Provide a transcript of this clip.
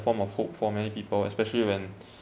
form of hope for many people especially when